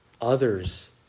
others